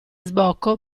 sbocco